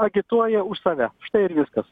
agituoja už save štai ir viskas